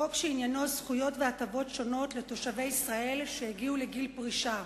חוק שעניינו זכויות והטבות שונות לתושבי ישראל שהגיעו לגיל פרישה.